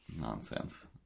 Nonsense